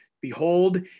Behold